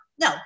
No